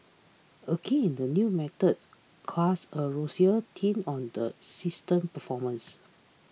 again the new method casts a rosier tint on the system's performance